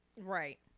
Right